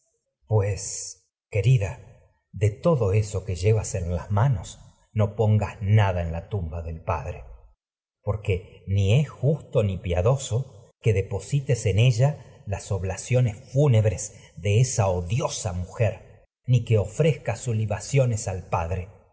pues querida de todo eso que llevas en las manos no pongas nada en la tumba del padre por que ni es justo ni piadoso que deposites en ella las obla fúnebres ciones de esa odiosa mujer ni que ofrezcas sus libaciones al padre